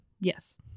Yes